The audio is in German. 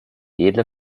edle